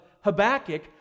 Habakkuk